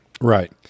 right